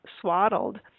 swaddled